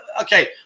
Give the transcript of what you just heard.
okay